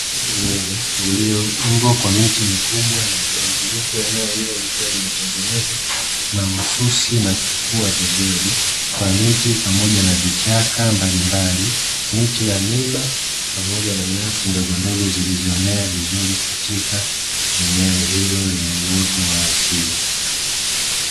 Msitu ulioundwa kwa miti mikubwa na midogo huku eneo hilo likiwa limetengenezwa mahususi na kukua vizuri kwa miti pamoja na vichaka mbalimbali, miti ya miba pamoja na nyasi ndogondogo zilizomea vizuri katika eneo hilo lenye uoto wa asili.